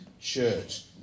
church